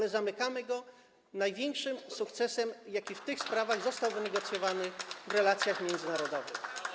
Kończymy go największym sukcesem, jaki w tych sprawach został wynegocjowany w relacjach międzynarodowych.